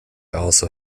also